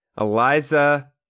eliza